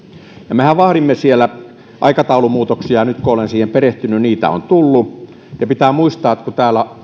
mehän vaadimme siellä aikataulumuutoksia nyt olen siihen perehtynyt ja niitä on tullut ja pitää muistaa että kun täällä